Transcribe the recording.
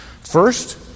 First